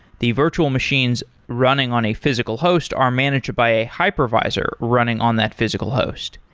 the virtual machines running on a physical host are managed by a hypervisor running on that physical host.